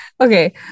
okay